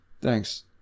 Thanks